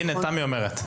הינה, תמי אומרת.